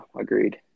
agreed